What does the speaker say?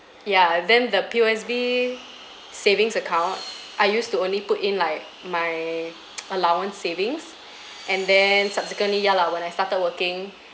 ya then the P_O_S_B savings account I used to only put in like my allowance savings and then subsequently ya lah when I started working